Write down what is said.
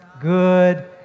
good